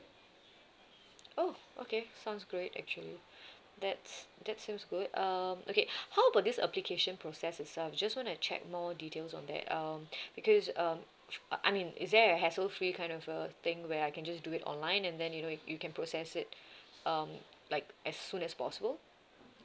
oh okay sounds great actually that's that seems good um okay how about this application process itself just wanna check more details on that um because um I mean is there a hassle free kind of a thing where I can just do it online and then you know you you can process it um like as soon as possible